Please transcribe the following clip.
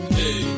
hey